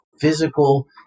physical